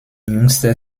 jüngster